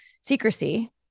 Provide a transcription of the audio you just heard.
secrecy